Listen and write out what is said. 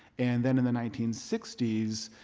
and then in the nineteen sixty s,